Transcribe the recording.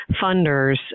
funders